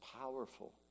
powerful